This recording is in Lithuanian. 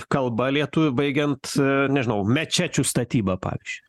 kalba lietuvių baigiant nežinau mečečių statyba pavyzdžiui